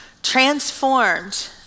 transformed